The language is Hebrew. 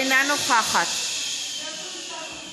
אינה נוכחת יש הצבעה עכשיו,